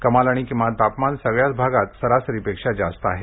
कमाल आणि किमान तापमान सगळ्याच भागात सरासरीपेक्षा जास्त आहे